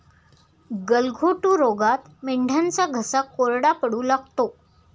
गलघोटू रोगात मेंढ्यांचा घसा कोरडा पडू लागतो